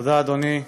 תודה, אדוני.